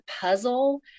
puzzle